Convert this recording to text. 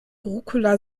rucola